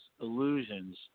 illusions